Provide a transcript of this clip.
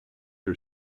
her